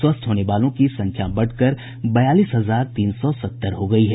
स्वस्थ होने वालों की संख्या बढ़कर बयालीस हजार तीन सौ सत्तर हो गयी है